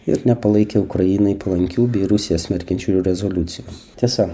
ir nepalaikė ukrainai palankių bei rusiją smerkiančiųjų rezoliucijų tiesa